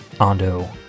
ando